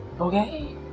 Okay